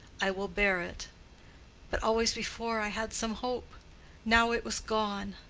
i will bear it but always before i had some hope now it was gone.